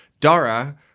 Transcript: Dara